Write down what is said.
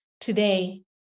today